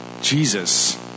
Jesus